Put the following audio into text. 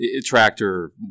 tractor